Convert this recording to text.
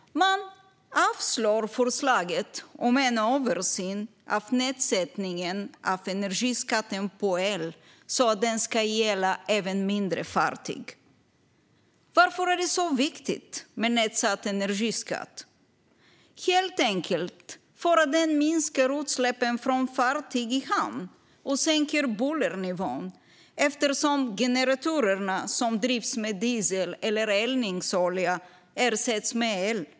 Man avstyrker förslaget om en översyn av nedsättningen av energiskatten på el så att den ska gälla även mindre fartyg. Varför är det så viktigt med nedsatt energiskatt på el? Det är det helt enkelt för att den minskar utsläppen från fartyg i hamn och sänker bullernivån, eftersom generatorer som drivs med diesel eller eldningsolja ersätts med el.